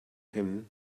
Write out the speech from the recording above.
him